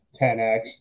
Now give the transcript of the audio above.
10x